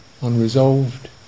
unresolved